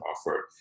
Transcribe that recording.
offer